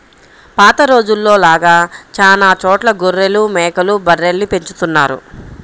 పాత రోజుల్లో లాగా చానా చోట్ల గొర్రెలు, మేకలు, బర్రెల్ని పెంచుతున్నారు